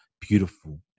beautiful